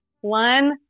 one